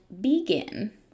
begin